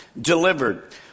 delivered